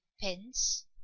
Pins